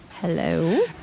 Hello